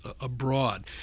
abroad